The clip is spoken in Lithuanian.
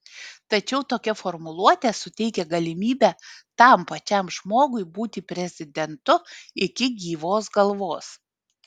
tačiau tokia formuluotė suteikia galimybę tam pačiam žmogui būti prezidentu iki gyvos galvos